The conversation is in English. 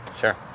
Sure